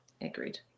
agreed